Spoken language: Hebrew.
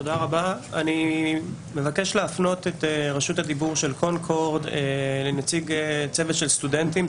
אני מבקש להפנות את רשות הדיבור של קונקורד לנציג צוות של סטודנטים,